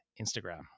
Instagram